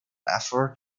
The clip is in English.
effort